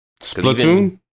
Splatoon